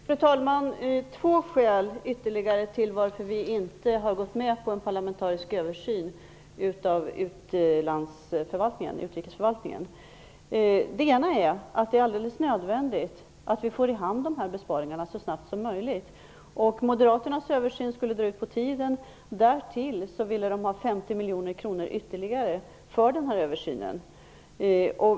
Fru talman! Det finns ytterligare två skäl till att vi inte har gått med på en parlamentarisk översyn av utrikesförvaltningen. Det ena är att det är alldeles nödvändigt att vi får besparingarna i hamn så snabbt som möjligt. Moderaternas översyn skulle dra ut på tiden. Därtill ville de ha 50 miljoner kronor ytterligare för denna översyn.